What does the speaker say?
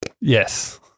Yes